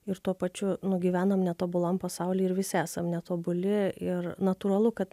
ir tuo pačiu nu gyvenam netobulam pasauly ir visi esam netobuli ir natūralu kad